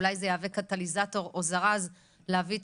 אולי זה יהווה קטליזטור או זרז להביא את